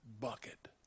bucket